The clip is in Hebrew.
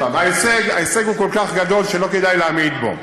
ההישג הוא כל כך גדול שלא כדאי להמעיט בו.